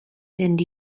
fynd